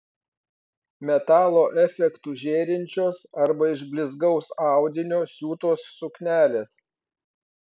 metalo efektu žėrinčios arba iš blizgaus audinio siūtos suknelės